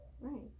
Right